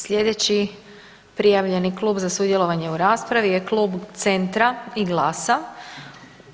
Slijedeći prijavljeni klub za sudjelovanje u raspravi je Klub Centra i GLAS-a.